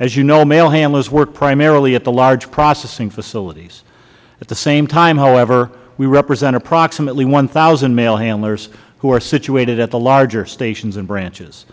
as you know mail handlers work primarily at the large processing facilities at the same time however we represent approximately one thousand mail handlers who are situated at the larger stations and branches